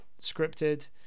scripted